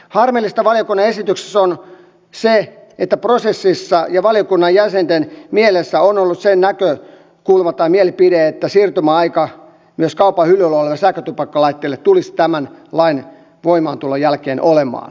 harmillista valiokunnan esityksessä on se että prosessissa ja valiokunnan jäsenten mielessä on ollut se näkökulma tai mielipide että myös kaupan hyllyillä oleville sähkötupakkalaitteille tulisi tämän lain voimaantulon jälkeen olemaan siirtymäaika